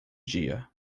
dia